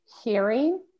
hearing